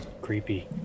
Creepy